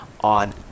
on